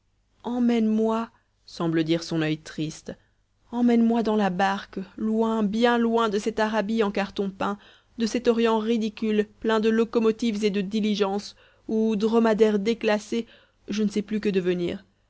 emmène-moi semble dire son oeil triste emmène-moi dans la barque loin bien loin de cette arabie en carton peint de cet orient ridicule plein de locomotives et de diligences où dromadaire déclassé je ne sais plus que devenir